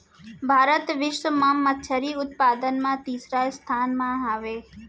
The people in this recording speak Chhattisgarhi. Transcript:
भारत बिश्व मा मच्छरी उत्पादन मा तीसरा स्थान मा हवे